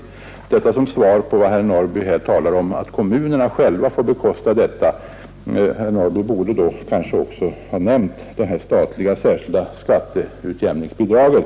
Jag säger detta som svar på vad herr Norrby i Gunnarskog sade om att kommunerna själva får bekosta den servicen. Herr Norrby kunde kanske då också ha nämnt det särskilda, statliga skatteutjämningsbidraget.